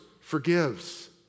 forgives